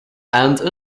and